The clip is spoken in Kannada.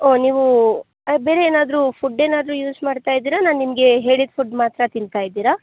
ಓಹ್ ನೀವು ಅದು ಬೇರೆ ಏನಾದರು ಫುಡ್ ಏನಾದರು ಯೂಸ್ ಮಾಡ್ತಾ ಇದ್ದೀರ ನಾನು ನಿಮಗೆ ಹೇಳಿದ ಫುಡ್ ಮಾತ್ರ ತಿಂತಾ ಇದ್ದೀರ